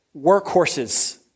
workhorses